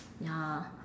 ya